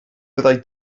byddai